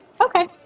Okay